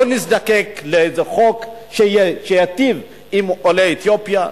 לא נזדקק לאיזה חוק שיטיב עם עולי אתיופיה,